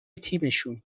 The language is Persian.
تیمشون